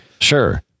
Sure